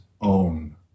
own